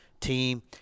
team